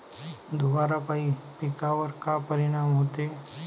धुवारापाई पिकावर का परीनाम होते?